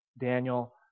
Daniel